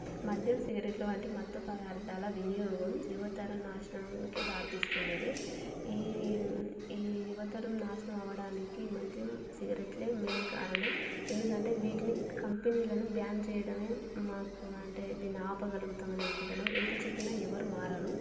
మద్యం సిగరెట్లు వంటి మత్తు పదార్థాల వినియోగం యువతర నాశనంకి దారితీస్తుంది ఇది ఈ ఈ యువతరం నాశనం అవ్వడానికి మద్యం సిగరెట్లే మెయిన్ కారణం ఎందుకంటే వీటిని కంపెనీలను బ్యాన్ చేయడమే మాకు అంటే దీన్ని ఆపగలుగుతాం అని అనుకుంటున్నాం ఎంత చెప్పినా ఎవ్వరూ మారరు